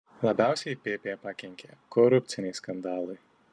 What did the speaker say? labiausiai pp pakenkė korupciniai skandalai